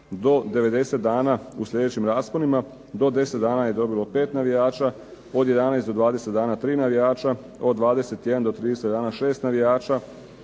do 90 zatvora, u sljedećim rasponima. Do 10 dana dobilo je 5 navijača, od 11 do 20 dana 3 navijača, od 21 do 30 dana 6 navijača,